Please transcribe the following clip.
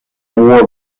war